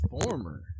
former